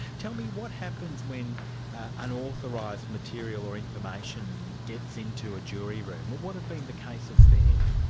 tell me, what happens when unauthorised material or information gets into a jury room? what have been the cases there?